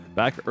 back